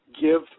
Give